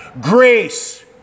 grace